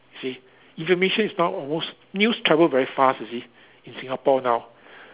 see information is not almost news travel very fast you see in Singapore now